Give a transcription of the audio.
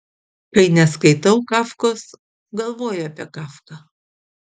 kai neskaitau kafkos galvoju apie kafką